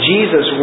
Jesus